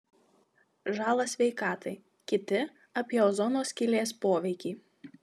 žalą sveikatai kiti apie ozono skylės poveikį